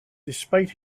despite